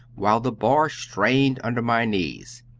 while the bar strained under my knees.